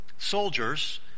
Soldiers